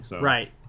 Right